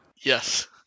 Yes